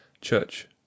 Church